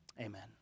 amen